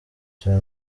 cya